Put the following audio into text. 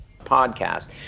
podcast